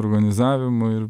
organizavimu ir